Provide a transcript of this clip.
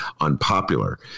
unpopular